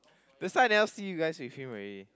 that's why never see you guys with him already